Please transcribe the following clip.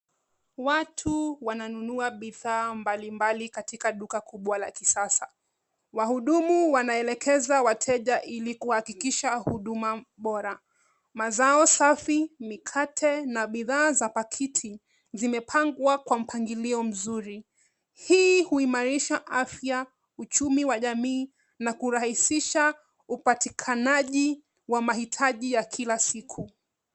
Watu wananunua bidhaa mbalimbali katika duka kubwa la kisasa. Wahudumu wanaelekeza wateja ili kuhakikisha huduma bora. Mazao safi, mikate na bidhaa za pakiti zimepangwa kwa mpangilio mzuri. Hii huimarisha afya, uchumi wa jamii na kurahisisha upatikanaji wa mahitaji ya kila siku.